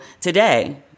today